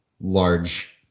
large